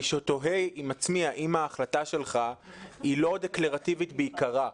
אני תוהה האם ההחלטה שלך לא דקלרטיבית בעיקרה.